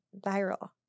viral